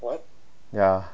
ya